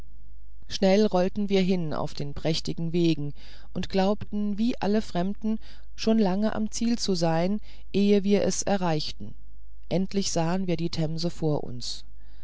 schnell rollten wir hin auf dem prächtigen wege und glaubten wie alle fremden schon lange am ziele zu sein ehe wir es erreichten endlich sahen wir die themse vor uns